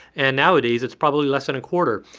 and nowadays, it's probably less than a quarter.